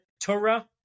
Torah